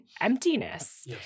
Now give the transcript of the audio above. emptiness